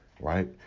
right